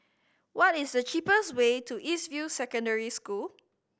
what is the cheapest way to East View Secondary School